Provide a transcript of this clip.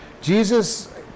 Jesus